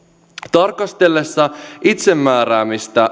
tarkastellessa itsemääräämistä